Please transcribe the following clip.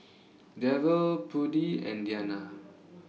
Derald Prudie and Dianna